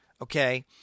Okay